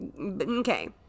okay